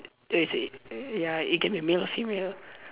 like you said ya it can be male or female